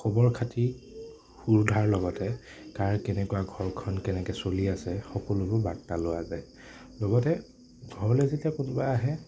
খবৰ খাতি সোধাৰ লগতে কাৰ কেনেকুৱা ঘৰখন কেনেকে চলি আছে সকলোবোৰ বাৰ্তা লোৱা যায় লগতে ঘৰলৈ যেতিয়া কোনোবা আহে